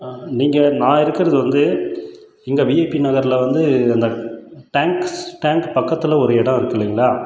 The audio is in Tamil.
நீங்கள் நான் இருக்கிறது வந்து இங்கே விஐபி நகரில் வந்து அந்த டேங்க் ஸ் டேங்க் பக்கத்தில் ஒரு இடம் இருக்கு இல்லைங்களா